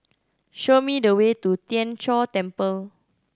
show me the way to Tien Chor Temple